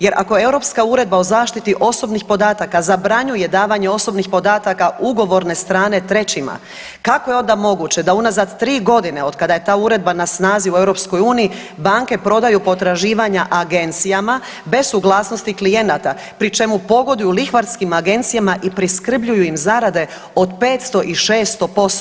Jer ako europska Uredba o zaštiti osobnih podataka zabranjuje davanje osobnih podataka ugovorne strane trećima kako je onda moguće da unazad 3 godine od kada je ta Uredba na snazi u Europskoj uniji banke prodaju potraživanja agencijama bez suglasnosti klijenata pri čemu pogoduju lihvarskim agencijama i priskrbljuju im zarade od 500 i 600%